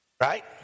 Right